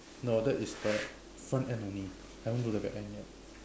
no that is the front end only haven't do the back end yet